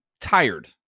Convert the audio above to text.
tired